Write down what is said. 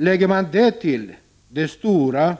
Lägger man därtill den stora